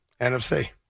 NFC